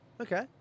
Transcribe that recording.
Okay